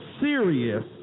serious